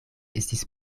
estis